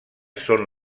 són